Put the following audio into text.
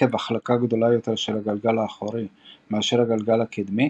עקב החלקה גדולה יותר של הגלגל האחורי מאשר הגלגל הקדמי,